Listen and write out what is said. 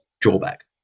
drawback